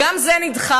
וגם זה נדחה.